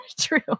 True